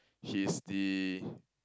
he's the